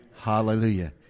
Hallelujah